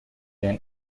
and